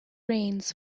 rains